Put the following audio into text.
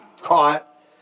caught